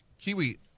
Kiwi